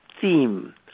theme